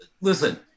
listen